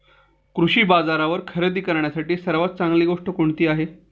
कृषी बाजारावर खरेदी करण्यासाठी सर्वात चांगली गोष्ट कोणती आहे?